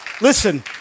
Listen